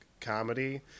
comedy